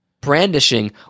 brandishing